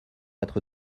être